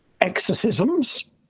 Exorcisms